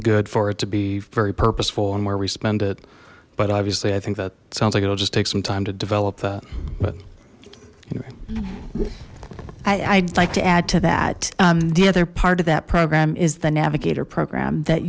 good for it to be very purposeful and where we spend it but obviously i think that sounds like it'll just take some time to develop that but i'd like to add to that the other part of that program is the navigator program that